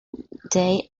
they